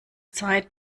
zeit